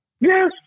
Yes